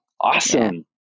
Awesome